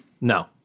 No